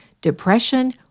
depression